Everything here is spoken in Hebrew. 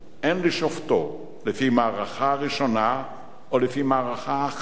אין לשופטו לפי המערכה הראשונה או לפי מערכה אחת.